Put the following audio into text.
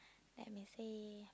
let me see